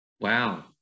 Wow